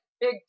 big